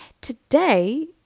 Today